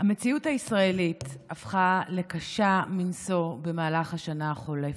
המציאות הישראלית הפכה לקשה מנשוא במהלך השנה החולפת.